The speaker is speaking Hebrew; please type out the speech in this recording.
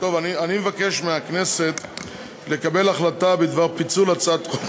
אני מבקש מהכנסת לקבל החלטה בדבר פיצול חלק מהצעת חוק